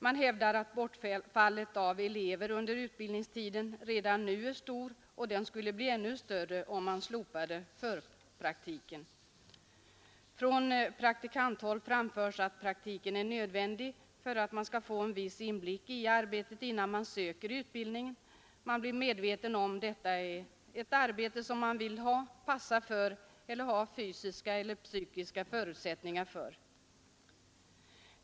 Man hävdar att bortfallet av elever under utbildningstiden redan nu är stort och det skulle bli ännu större om man slopade förpraktiken. Från praktikanthåll framförs att praktiken är nödvändig för att man skall få en viss inblick i arbetet innan man söker till utbildningen. Man blir då medveten om huruvida detta är ett arbete som man vill ha, passar för eller har fysiska och psykiska förutsättningar för.